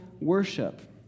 worship